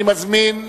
אני מזמין,